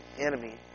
enemy